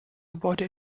gebäude